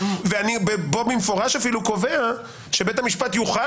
ואני במפורש אפילו קובע שבית המשפט יוכל